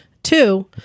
Two